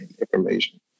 information